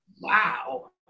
Wow